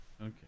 Okay